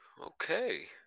Okay